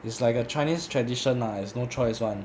it's like a chinese tradition ah it's no choice [one]